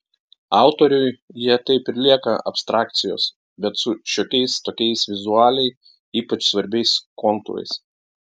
autoriui jie taip ir lieka abstrakcijos bet su šiokiais tokiais vizualiai ypač svarbiais kontūrais